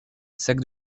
sacs